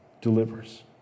delivers